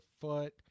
foot